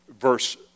verse